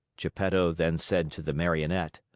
geppetto then said to the marionette.